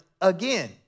again